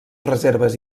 reserves